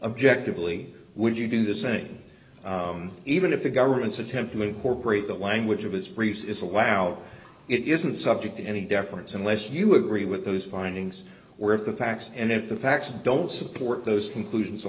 objectively would you do the same even if the government's attempt to incorporate the language of his briefs is allowed it isn't subject to any deference unless you agree with those findings were if the facts and if the facts don't support those conclusions the